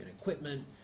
equipment